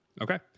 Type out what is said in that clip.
okay